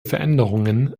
veränderungen